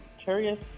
curious